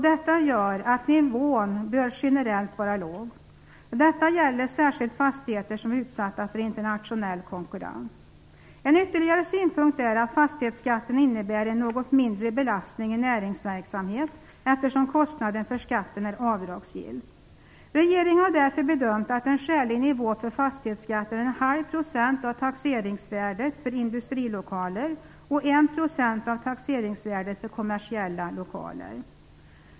Detta gör att nivån generellt bör vara låg. Det gäller särskilt fastigheter som är utsatta för internationell konkurrens. En ytterligare synpunkt är att fastighetsskatten innebär en något mindre belastning i näringsverksamhet, eftersom kostnaden för skatten är avdragsgill. Regeringen har därför bedömt att en skälig nivå för fastighetsskatten är 0,5 % av taxeringsvärdet för industrilokaler och 1 % av taxeringsvärdet för kommersiella lokaler.